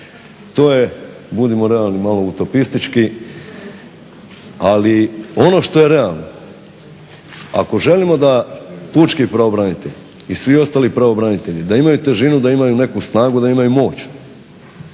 To je budimo realni malo utopistički. Ali ono što je realno, ako želimo da pučki pravobranitelj i svi ostali pravobranitelji da imaju težinu, da imaju neku snagu, da imaju moć,